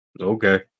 Okay